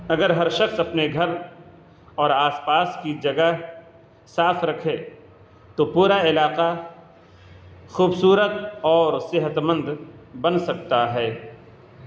اگر ہر شخص اپنے گھر اور آس پاس کی جگہ صاف رکھے تو پورا علاقہ خوبصورت اور صحت مند بن سکتا ہے